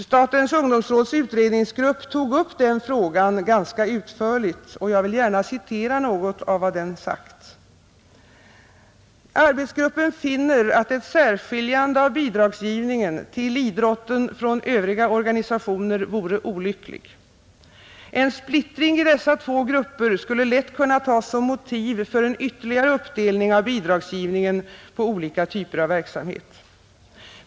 Statens ungdomsråds utredningsgrupp tog upp den frågan ganska utförligt, och jag vill gärna citera något av vad gruppen sagt: ”Arbetsgruppen finner, att ett särskiljande av bidragsgivningen ——— till idrotten från övriga organisationer vore olyckligt. En splittring i dessa två grupper skulle lätt kunna tas som motiv för en ytterligare uppdelning av bidragsgivningen på olika typer av verksamhet.